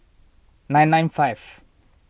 nine nine five